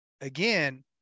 again